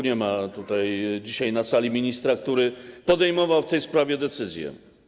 Nie ma tutaj dzisiaj na sali ministra, który podejmował w tej sprawie decyzję.